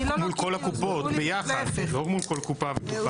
מול כל קופות ביחד, לא מול כל קופה וקופה.